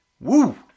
Woo